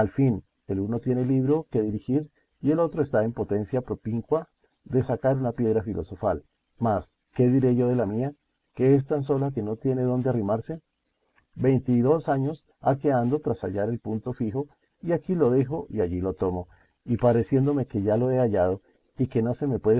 al fin el uno tiene libro que dirigir y el otro está en potencia propincua de sacar la piedra filosofal más qué diré yo de la mía que es tan sola que no tiene dónde arrimarse veinte y dos años ha que ando tras hallar el punto fijo y aquí lo dejo y allí lo tomo y pareciéndome que ya lo he hallado y que no se me puede